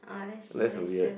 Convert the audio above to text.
that's a weird